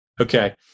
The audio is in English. Okay